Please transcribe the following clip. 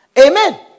Amen